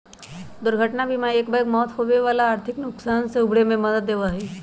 दुर्घटना बीमा एकबैग मौत से होवे वाला आर्थिक नुकसान से उबरे में मदद देवा हई